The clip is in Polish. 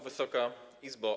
Wysoka Izbo!